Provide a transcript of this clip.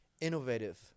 innovative